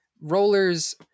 Rollers